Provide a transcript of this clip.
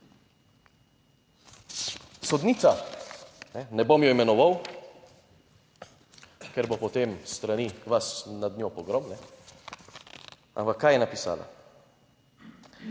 Sodnica, ne bom jo imenoval, ker bo, potem s strani vas nad njo pogrom. Ampak kaj je napisala: